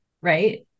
right